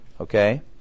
Okay